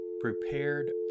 prepared